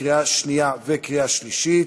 לקריאה שנייה וקריאה שלישית,